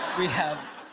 we have,